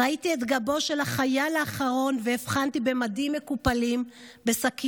/ ראיתי את גבו / של החייל האחרון / והבחנתי במדים / מקופלים בשקיות.